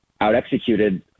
out-executed